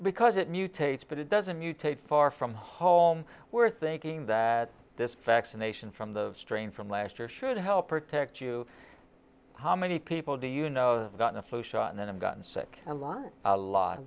because it mutates but it doesn't mutate far from home we're thinking that this vaccination from the strain from last year should help protect you how many people do you know of got the flu shot and then i've gotten sick a lot a lot